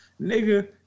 Nigga